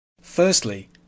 Firstly